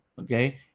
okay